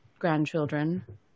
grandchildren